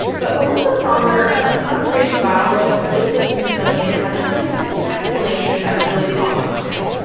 but melissa songer, a conservation biologist with the smithsonian, had a scientific explanation that really taught me something.